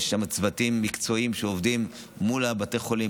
יש שם צוותים מקצועיים שעובדים מול בתי החולים,